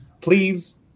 Please